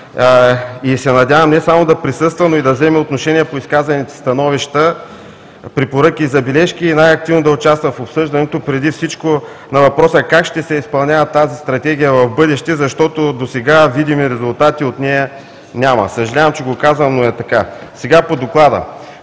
и се надявам не само да присъства, но и да вземе отношение по изказаните становища, препоръки и забележки и най-активно да участва в обсъждането преди всичко на въпроса как ще се изпълнява тази Стратегия в бъдеще, защото досега видими резултати от нея няма. Съжалявам, че го казвам, но е така. Сега по Доклада.